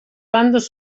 bandes